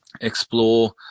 explore